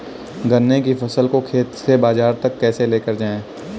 गन्ने की फसल को खेत से बाजार तक कैसे लेकर जाएँ?